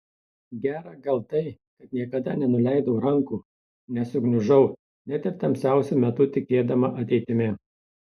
gera gal tai kad niekada nenuleidau rankų nesugniužau net ir tamsiausiu metu tikėdama ateitimi